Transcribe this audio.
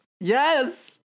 Yes